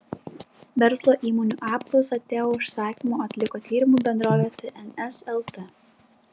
verslo įmonių apklausą teo užsakymu atliko tyrimų bendrovė tns lt